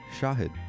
Shahid